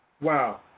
Wow